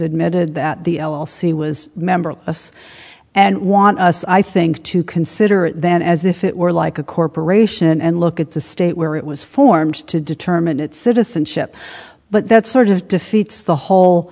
admitted that the l l c was member of us and want us i think to consider that as if it were like a corporation and look at the state where it was formed to determine its citizen ship but that sort of defeats the whole